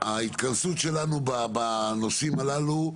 ההתכנסות שלנו בנושאים הללו,